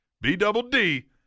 B-double-D